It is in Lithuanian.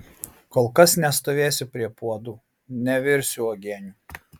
kol kas nestovėsiu prie puodų nevirsiu uogienių